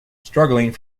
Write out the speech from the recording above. struggling